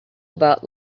about